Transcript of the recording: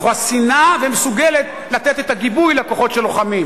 חסינה ומסוגלת לתת את הגיבוי לכוחות שלוחמים.